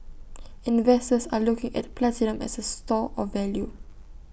investors are looking at platinum as A store of value